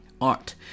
art